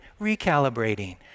recalibrating